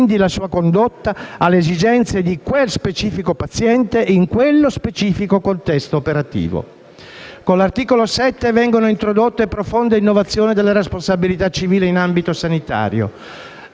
Con l'articolo 7 vengono introdotte profonde innovazioni della responsabilità civile in ambito sanitario: